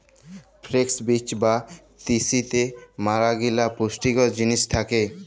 flakes বীজ বা তিসিতে ম্যালাগিলা পুষ্টিকর জিলিস থ্যাকে